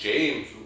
James